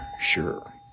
sure